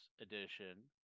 Edition